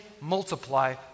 multiply